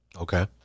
Okay